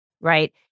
right